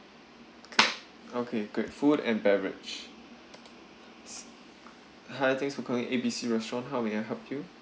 okay great food and beverage hi thanks for calling A B C restaurant how may I help you